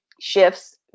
shifts